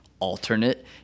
alternate